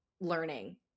learning